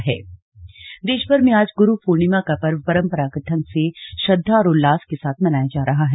slug Guru Purnima देशभर में आज गुरु पूर्णिमा का पर्व परम्परागत ढंग से श्रद्धा और उल्लास के साथ मनाया जा रहा है